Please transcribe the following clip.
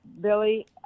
Billy